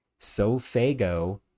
Sofago